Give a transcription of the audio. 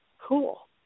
cool